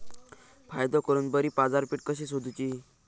फायदो करून बरी बाजारपेठ कशी सोदुची?